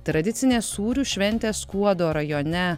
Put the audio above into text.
tradicinė sūrių šventė skuodo rajone